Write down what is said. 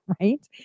right